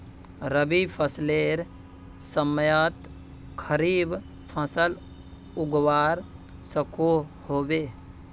रवि फसलेर समयेत खरीफ फसल उगवार सकोहो होबे?